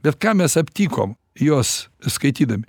bet ką mes aptikom jos skaitydami